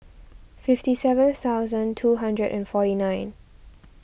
fifty seven thousand two hundred and forty nine